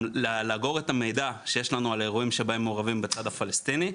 לאגור את המידע שיש לנו על אירועים שבהם יש מעורבים בצד הפלסטיני,